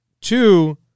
Two